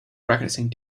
practicing